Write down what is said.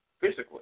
physically